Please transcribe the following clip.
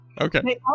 Okay